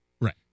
Right